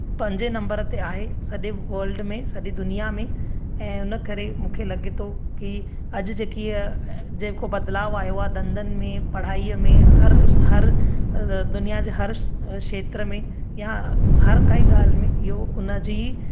पंज नम्बर ते आहे सॼे वल्ड में सॼी दुनिया में ऐं उन करे मूंखे लगे थो की अॼ जेकी इए जेको बदिलाउ आयो आहे धंधनि में पढ़ाईअ में हर हर दुनिया जे हर खेत्र में या हर काई ॻाल्हि में इहो उन जी